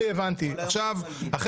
שוב אומר